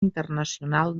internacional